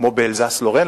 כמו באלזס-לורן,